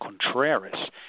Contreras